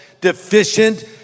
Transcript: deficient